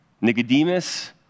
Nicodemus